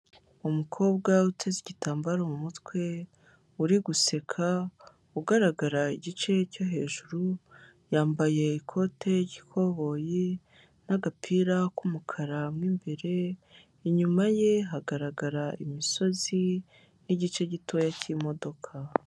Umukobwa uteze igitambaro mu mutwe uri guseka ugaragara igice cyo hejuru, yambaye ikoteboyi n'agapira k'umukara imbere, inyuma ye hagaragarara imisozi n'igice gitoya cy'imodoka.